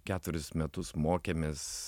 keturis metus mokėmės